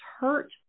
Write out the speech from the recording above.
hurt